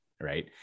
right